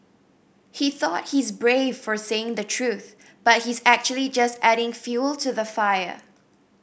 he thought he's brave for saying the truth but he's actually just adding fuel to the fire